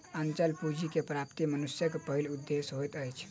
अचल पूंजी के प्राप्ति मनुष्यक पहिल उदेश्य होइत अछि